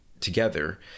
together